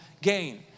gain